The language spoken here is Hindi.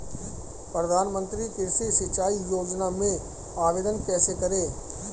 प्रधानमंत्री कृषि सिंचाई योजना में आवेदन कैसे करें?